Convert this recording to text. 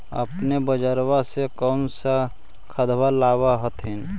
अपने बजरबा से कौन सा खदबा लाब होत्थिन?